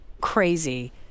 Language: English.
crazy